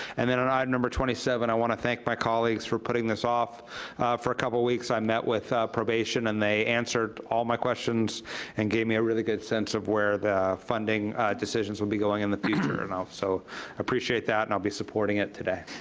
and then on item number twenty seven, i wanna thank my colleagues for putting this off for a couple of weeks i met with probation, and they answered all my questions and gave me a really good sense of where the funding decisions will be going in the future. so, i so appreciate that and i'll be supporting it today.